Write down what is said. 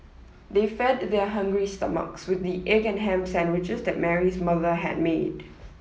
they fed their hungry stomachs with the egg and ham sandwiches that Mary's mother had made